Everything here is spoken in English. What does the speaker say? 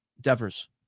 Devers